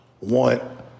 want